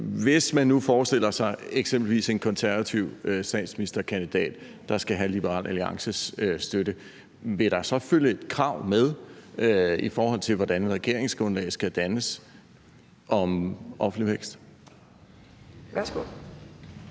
hvis nu man forestiller sig, at der eksempelvis er en konservativ statsministerkandidat, der skal have Liberal Alliances støtte, vil der så følge et krav om offentlig vækst med, i forhold til hvordan regeringsgrundlaget skal dannes? Kl. 17:43